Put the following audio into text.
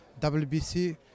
WBC